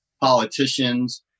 politicians